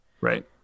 Right